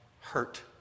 hurt